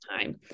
time